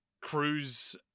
cruise